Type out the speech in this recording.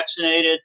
vaccinated